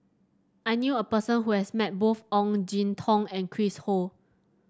I knew a person who has met both Ong Jin Teong and Chris Ho